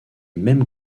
mêmes